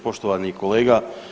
Poštovani kolega.